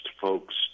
folks